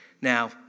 Now